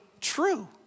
true